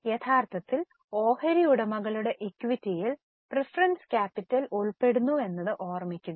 യഥാർത്ഥത്തിൽ ഓഹരി ഉടമകളുടെ ഇക്വിറ്റിയിൽ പ്രീഫെറെൻസ് ക്യാപിറ്റൽ ഉൾപ്പെടുന്നുവെന്നത് ഓർമ്മിക്കുക